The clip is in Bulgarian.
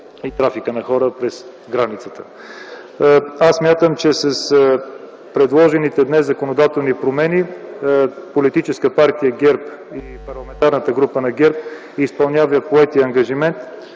и трафика на хора през границата. Аз смятам, че с предложените законодателни промени днес Политическа партия ГЕРБ и Парламентарната група на ГЕРБ изпълняват поетия ангажимент.